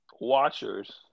watchers